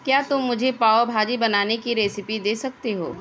کیا تم مجھے پاو بھاجی بنانے کی ریسیپی دے سکتے ہو